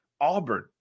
Auburn